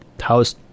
house